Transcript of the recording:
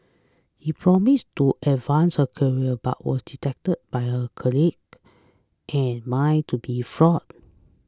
he promised to advance her career but was detected by her colleagues and mind to be fraud